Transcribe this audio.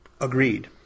Agreed